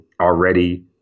already